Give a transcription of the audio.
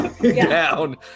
down